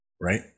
right